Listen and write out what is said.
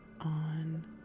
on